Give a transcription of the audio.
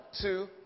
two